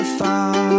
far